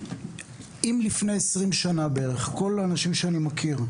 אם לפני 20 שנה בערך כל האנשים שאני מכיר,